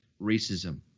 racism